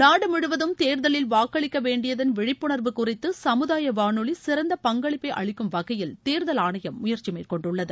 நாடு முழுவதும் தேர்தலில் வாக்களிக்க வேண்டியதன் விழிப்புணர்வு குறித்து சமுதாய வானொலி சிறந்த பங்களிப்பை அளிக்கும் வகையில் தேர்தல் ஆணையம் முயற்சி மேற்கொண்டுள்ளது